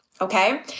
okay